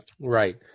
Right